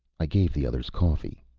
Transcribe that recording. i gave the others coffee,